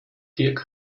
dirk